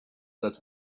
that